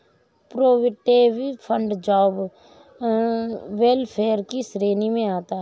provident fund job welfare की श्रेणी में आता है